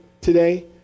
today